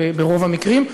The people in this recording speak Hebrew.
ברוב המקרים,